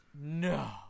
No